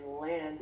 land